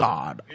God